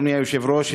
אדוני היושב-ראש,